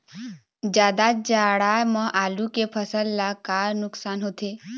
जादा जाड़ा म आलू के फसल ला का नुकसान होथे?